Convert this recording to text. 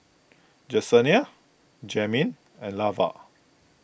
Jesenia Jamin and Lavar